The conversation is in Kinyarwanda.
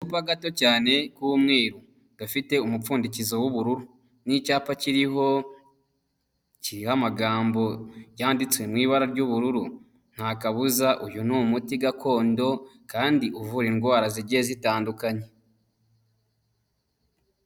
Agacupa gato cyane k'umweruru, gafite umupfundikizo w'ubururu n'icyapa kiriho amagambo yanditse mu ibara ry'ubururu, nta kabuza uyu ni umuti gakondo kandi uvura indwara zigiye zitandukanye.